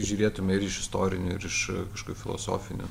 žiūrėtume ir iš istorinių ir iš kažkokių filosofinių